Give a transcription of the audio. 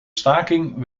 staking